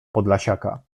podlasiaka